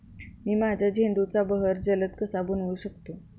मी माझ्या झेंडूचा बहर जलद कसा बनवू शकतो?